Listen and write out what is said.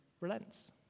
relents